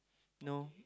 know